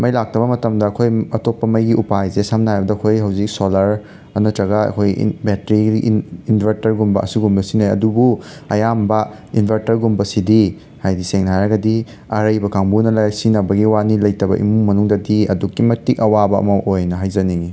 ꯃꯩ ꯂꯥꯛꯇꯕ ꯃꯇꯝꯗ ꯑꯩꯈꯣꯏ ꯑꯇꯣꯞꯄ ꯃꯩꯒꯤ ꯎꯄꯥꯏꯁꯦ ꯁꯝꯅ ꯍꯥꯏꯔꯕꯗ ꯑꯩꯈꯣꯏ ꯍꯧꯖꯤꯛ ꯁꯣꯂꯔ ꯅꯇ꯭ꯔꯒ ꯑꯩꯈꯣꯏ ꯕꯦꯇ꯭ꯔꯤ ꯏꯟ ꯏꯟꯕꯔꯇꯔꯒꯨꯝꯕ ꯁꯤꯒꯨꯝꯕ ꯁꯤꯖꯤꯟꯅꯩ ꯑꯗꯨꯕꯨ ꯑꯌꯥꯝꯕ ꯏꯟꯕꯔꯇꯔꯒꯨꯝꯕꯁꯤꯗꯤ ꯍꯥꯏꯗꯤ ꯁꯦꯡꯅ ꯍꯥꯏꯔꯒꯗꯤ ꯑꯔꯩꯕ ꯀꯥꯡꯕꯨꯅ ꯁꯤꯖꯤꯟꯅꯕꯒꯤ ꯋꯥꯅꯤ ꯂꯩꯇꯕ ꯏꯃꯨꯡꯗꯗꯤ ꯑꯗꯨꯛꯀꯤ ꯃꯇꯤꯛ ꯑꯋꯥꯕ ꯑꯃ ꯑꯣꯏꯅ ꯍꯥꯏꯖꯅꯤꯡꯏ